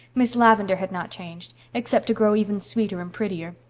miss lavendar had not changed, except to grow even sweeter and prettier.